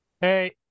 Hey